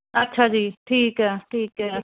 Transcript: ਅੱਛਾ ਜੀ ਠੀਕ ਆ ਠੀਕ ਹੈ